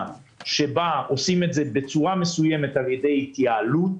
שבה עושים את זה בצורה מסוימת על ידי התייעלות,